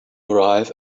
arrive